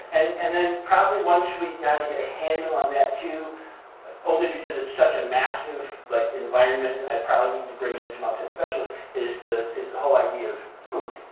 and then probably once we've got and a handle on that, too only because it's such a massive environment and i'd probably need to bring in some outside specialists is the is the whole idea of food.